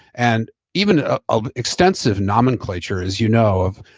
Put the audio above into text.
and even ah ah extensive nomenclature as you know of,